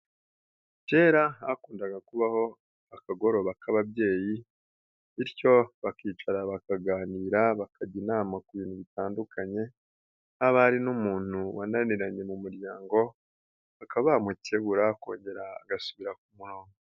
Kera hakundaga kubaho akagoroba k'ababyeyi bityo bakicara bakaganira bakajya inama ku bintu bitandukanye, haba hari n'umuntu wananiranye mu muryango, bakaba bamukebura akongera agasubira ku murongo.